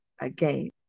again